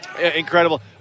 Incredible